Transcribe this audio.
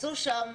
עשו שם,